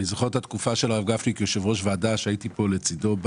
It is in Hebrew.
אני זוכר את התקופה של הרב גפני כיושב-ראש ועדה כשהייתי פה לצדו.